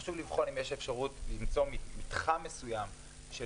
חשוב לבחון אם יש אפשרות למצוא מתחם מסוים של